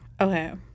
okay